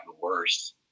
worse